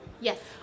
Yes